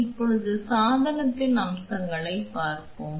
இப்போது சாதனத்தின் அம்சங்களைப் பார்ப்போம்